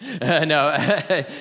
No